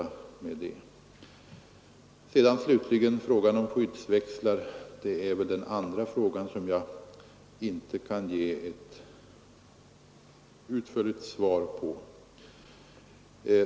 Slutligen frågan om skyddsväxlar. Det är den andra frågan som jag inte kan ge ett utförligt svar på.